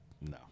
no